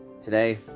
today